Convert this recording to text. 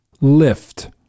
lift